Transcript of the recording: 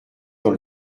dans